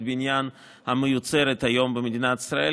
הבניין המיוצרת היום במדינת ישראל,